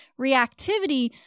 Reactivity